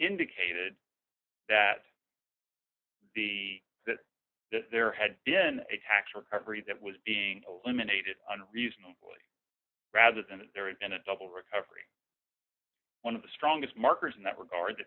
indicated that the that there had been a tax recovery that was being eliminated unreasonably rather than that there had been a double recovery one of the strongest markers in that regard